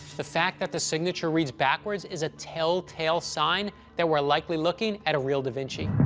the fact that the signature reads backwards is a telltale sign that we're likely looking at a real da vinci.